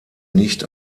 nicht